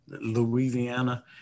Louisiana